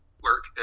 work